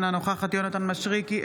אינה נוכחת יונתן מישרקי,